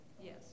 Yes